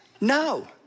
no